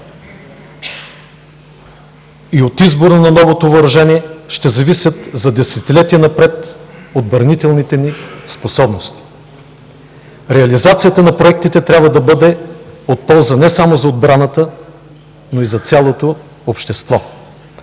и от избора на новото въоръжение ще зависят за десетилетия напред отбранителните ни способности. Реализацията на проектите трябва да бъде от полза не само за отбраната, но и за цялото общество,